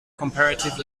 comparative